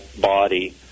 body